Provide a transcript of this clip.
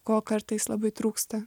ko kartais labai trūksta